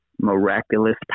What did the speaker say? miraculous